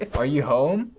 are you home?